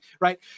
right